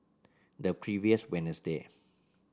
the previous Wednesday